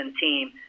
team